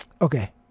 Okay